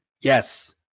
yes